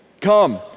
Come